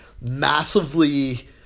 massively –